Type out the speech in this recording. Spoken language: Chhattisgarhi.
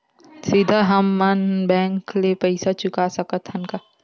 सीधा हम मन बैंक ले पईसा चुका सकत हन का?